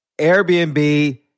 Airbnb